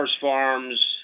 farms